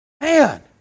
Man